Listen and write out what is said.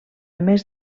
més